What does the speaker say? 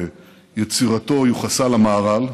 שיצירתו יוחסה למהר"ל,